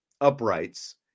uprights